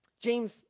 James